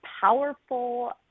powerful